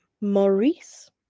Maurice